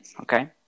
Okay